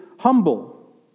humble